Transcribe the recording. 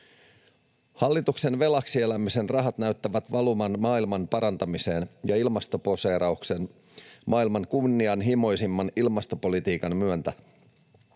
Hallituksen velaksi elämisen rahat näyttävät valuvan maailman parantamiseen ja ilmastoposeeraukseen maailman kunnianhimoisimman ilmastopolitiikan myötä.